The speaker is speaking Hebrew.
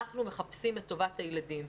אנחנו מחפשים את טובת הילדים.